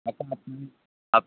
up